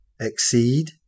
Exceed